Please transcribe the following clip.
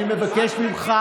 אני מבקש ממך